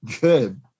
Good